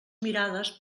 mirades